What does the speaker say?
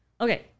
Okay